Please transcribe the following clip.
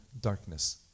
darkness